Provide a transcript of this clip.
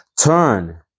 Turn